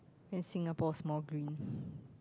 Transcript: and Singapore small green